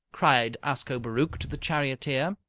cried ascobaruch to the charioteer.